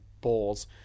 balls